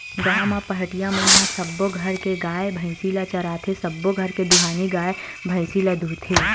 गाँव म पहाटिया मन ह सब्बो घर के गाय, भइसी ल चराथे, सबो घर के दुहानी गाय, भइसी ल दूहथे